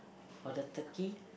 for the turkey